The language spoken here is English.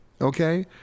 Okay